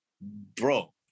bro